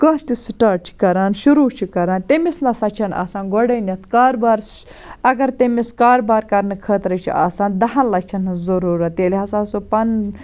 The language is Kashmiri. کانٛہہ تہِ سٹاٹ چھِ کَران شروع چھِ کَران تٔمِس نہ سا چھِ نہٕ آسان گۄڈٕنیٚتھ کاربار اگر تٔمِس کاربار کَرنہٕ خٲطرٕ چھِ آسان دَہَن لَچھَن ہٕنٛز ضرورَت ییٚلہِ ہَسا سُہ پَنُن